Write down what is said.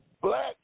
black